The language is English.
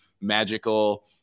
magical